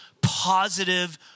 positive